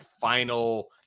final